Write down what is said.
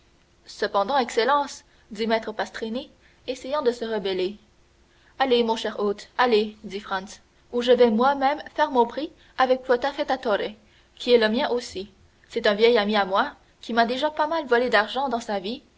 cependant excellence dit maître pastrini essayant de se rebeller allez mon cher hôte allez dit franz ou je vais moi-même faire mon prix avec votre affettatore qui est le mien aussi c'est un vieil ami à moi qui m'a déjà pas mal volé d'argent dans sa vie